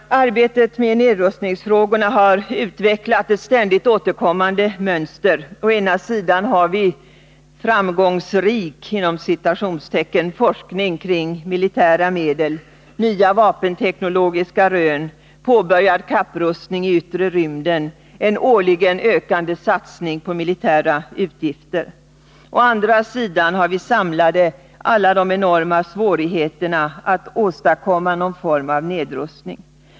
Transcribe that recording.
Arbetet med nedrustningsfrågorna har utvecklat ett ständigt återkommande mönster. Å ena sidan har vi ”framgångsrik” forskning kring militära medel, nya vapenteknologiska rön, påbörjad kapprustning i yttre rymden och en årligen ökande satsning på militära utgifter. Å andra sidan har vi samlade alla de enorma svårigheterna när det gäller att åstadkomma någon form av nedrustning.